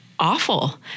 awful